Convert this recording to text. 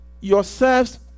yourselves